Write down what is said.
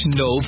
no